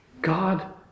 God